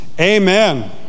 Amen